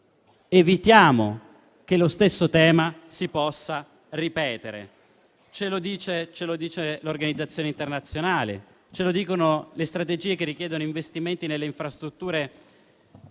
Evitiamo che lo stesso problema si possa ripetere, come ci dicono le organizzazioni internazionali e le strategie che richiedono investimenti nelle infrastrutture per